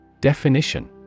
Definition